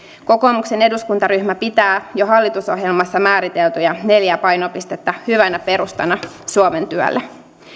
kokoomuksen eduskuntaryhmä pitää jo hallitusohjelmassa määriteltyjä neljää painopistettä hyvänä perustana suomen työlle